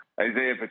Isaiah